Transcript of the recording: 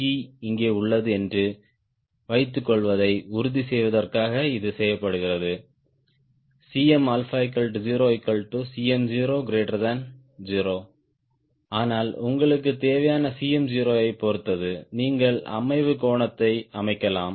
G இங்கே உள்ளது என்று வைத்துக் கொள்வதை உறுதி செய்வதற்காக இது செய்யப்படுகிறது Cm0Cm0 0 ஆனால் உங்களுக்கு தேவையான Cm0 ஐப் பொறுத்து நீங்கள் அமைவு கோணத்தை அமைக்கலாம்